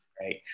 right